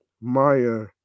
Maya